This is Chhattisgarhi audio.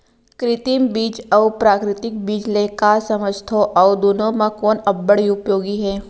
कृत्रिम बीज अऊ प्राकृतिक बीज ले का समझथो अऊ दुनो म कोन अब्बड़ उपयोगी हे?